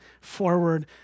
forward